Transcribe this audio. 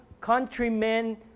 countrymen